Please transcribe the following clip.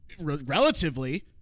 relatively